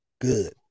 Good